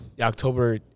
October